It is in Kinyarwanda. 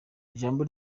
ijambo